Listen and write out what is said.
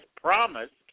promised